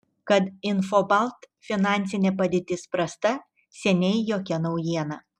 kad infobalt finansinė padėtis prasta seniai jokia naujiena